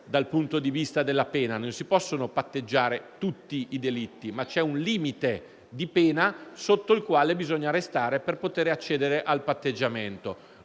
dal punto di vista della pena: non si possono patteggiare tutti i delitti, ma c'è un limite di pena sotto il quale bisogna restare per poter accedere al patteggiamento,